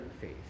faith